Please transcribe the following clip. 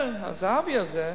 אומר הזהבי הזה: